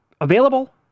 available